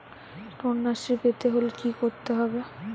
কন্যাশ্রী পেতে হলে কি করতে হবে?